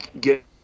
get